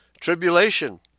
tribulation